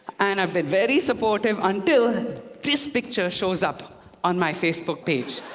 and i've been very supportive until this picture shows up on my facebook page.